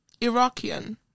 Iraqian